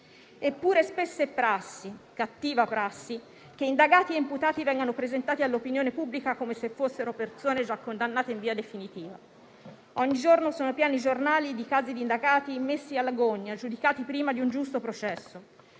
Eppure spesso è cattiva prassi che indagati e imputati vengano presentati all'opinione pubblica come se fossero persone già condannate in via definitiva. Ogni giorno sono pieni i giornali di casi di indagati messi alla gogna e giudicati prima di un giusto processo.